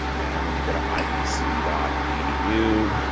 and when you go to ivc dot edu